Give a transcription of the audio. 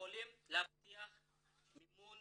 יכולים להבטיח מימון